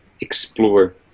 explore